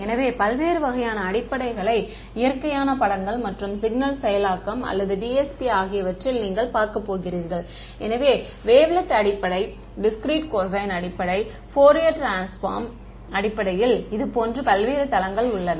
எனவே பல்வேறு வகையான அடிப்படைகளை இயற்கையான படங்கள் மற்றும் சிக்னல் செயலாக்கம் அல்லது DSP ஆகியவற்றில் நீங்கள் பார்க்கப் போகிறீர்கள் எனவே வேவ்லெட் அடிப்படை டிஸ்க்ரீட் கொசைன் அடிப்படை ஃபோரியர் ட்ரான்ஸ்பார்ம் அடிப்படையில் இதுபோன்ற பல்வேறு தளங்கள் உள்ளன